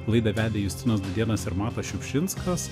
laidą vedė justinas dudėnas ir matas šiupšinskas